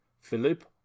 Philip